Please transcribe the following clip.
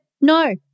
no